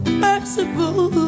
merciful